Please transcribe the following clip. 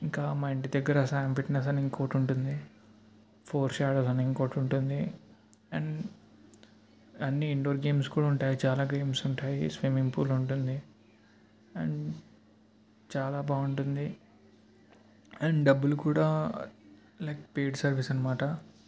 ఇంకా మా ఇంటి దగ్గర శ్యామ్ ఫిట్నెస్ అని ఇంకోటి ఉంటుంది ఫోర్ షాడోస్ అని ఇంకోటి ఉంటుంది అండ్ అన్నీ ఇండోర్ గేమ్స్ కూడా ఉంటాయి చాలా గేమ్స్ ఉంటాయి స్విమ్మింగ్ పూల్ ఉంటుంది అండ్ చాలా బాగుంటుంది అండ్ డబ్బులు కూడా లైక్ పెయిడ్ సర్వీస్ అన్నమాట